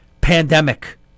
pandemic